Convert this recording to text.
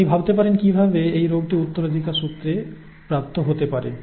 আপনি ভাবতে পারেন কিভাবে এই রোগটি উত্তরাধিকার সূত্রে প্রাপ্ত হতে পারে